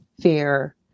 fear